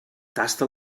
tasta